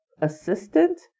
assistant